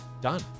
done